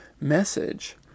message